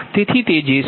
તેથી તે j 0